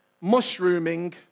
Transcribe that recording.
mushrooming